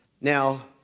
Now